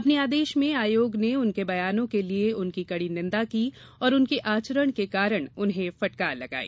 अपने आदेश में आयोग ने उनके बयानो के लिए उनकी कड़ी निंदा की और उनके आचरण के कारण उन्हें फटकार लगाई